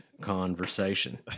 conversation